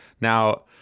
Now